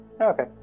Okay